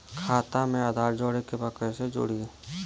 खाता में आधार जोड़े के बा कैसे जुड़ी?